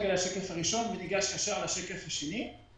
על השקף הראשון וניגש לשקף השני.